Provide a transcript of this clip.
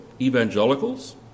evangelicals